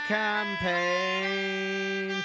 campaign